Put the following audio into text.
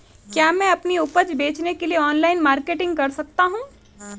क्या मैं अपनी उपज बेचने के लिए ऑनलाइन मार्केटिंग कर सकता हूँ?